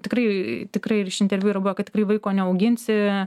tikrai tikrai ir iš interviu yra buvę kad tikrai vaiko neauginsi